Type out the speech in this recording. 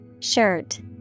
Shirt